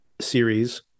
series